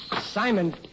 Simon